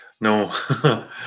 no